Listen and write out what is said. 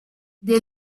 they